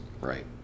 Right